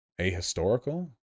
ahistorical